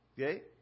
Okay